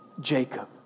Jacob